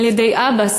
אבא,